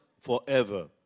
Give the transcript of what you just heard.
forever